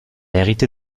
hérité